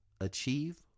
achieve